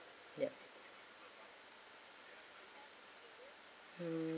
yup mm